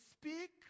speak